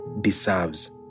deserves